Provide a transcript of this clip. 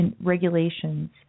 regulations